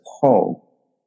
call